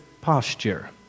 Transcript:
posture